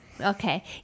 Okay